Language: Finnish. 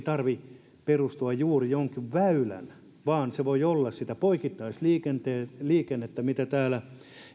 tarvitse perustua juuri johonkin väylään vaan voi olla kyse poikittaisliikenteestä mitä täällä